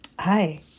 Hi